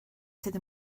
sydd